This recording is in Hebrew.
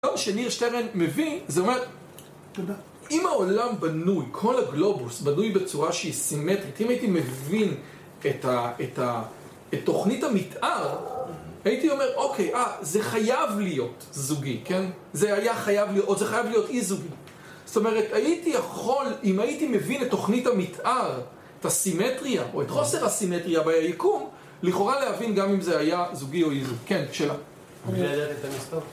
כלום שניר שטרן מבין, זה אומר אם העולם בנוי, כל הגלובוס בנוי בצורה שהיא סימטרית, אם הייתי מבין את תוכנית המתאר הייתי אומר, אוקיי, זה חייב להיות זוגי, כן? זה היה חייב להיות, או זה חייב להיות אי-זוגי. זאת אומרת, אם הייתי יכול, אם הייתי מבין את תוכנית המתאר את הסימטריה, או את חוסר הסימטריה ביקום, לכאורה להבין גם אם זה היה זוגי או אי-זוגי. כן, שאלה?